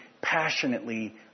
passionately